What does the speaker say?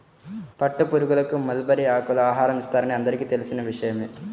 పట్టుపురుగులకు మల్బరీ ఆకులను ఆహారం ఇస్తారని అందరికీ తెలిసిన విషయమే